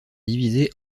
divisées